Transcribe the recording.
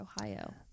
Ohio